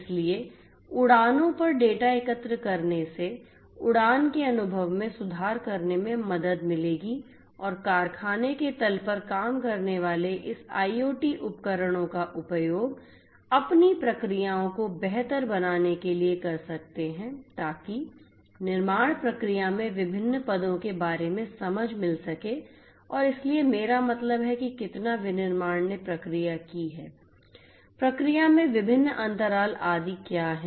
इसलिए उड़ानों पर डेटा एकत्र करने से उड़ान के अनुभव में सुधार करने में मदद मिलेगी और कारखाने के तल पर काम करने वाले इस IoT उपकरणों का उपयोग अपनी प्रक्रियाओं को बेहतर बनाने के लिए कर सकते हैं ताकि निर्माण प्रक्रिया में विभिन्न पदों के बारे में समझ मिल सके और इसलिए मेरा मतलब है कि कितना विनिर्माण ने प्रक्रिया की है प्रक्रिया में विभिन्न अंतराल आदि क्या हैं